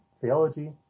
Theology